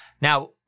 Now